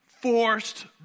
forced